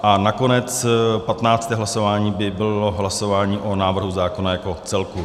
A nakonec patnácté hlasování by bylo hlasování o návrhu zákona jako celku.